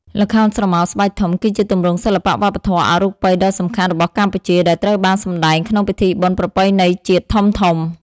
ល្ខោនស្រមោលស្បែកធំ គឺជាទម្រង់សិល្បៈវប្បធម៌អរូបីដ៏សំខាន់របស់កម្ពុជា ដែលត្រូវបានសម្តែងក្នុងពិធីបុណ្យប្រពៃណីជាតិធំៗ។